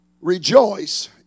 Rejoice